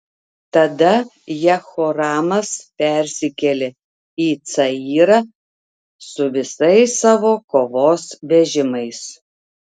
tada jehoramas persikėlė į cayrą su visais savo kovos vežimais